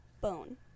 bone